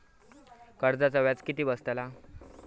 कर्जाचा व्याज किती बसतला?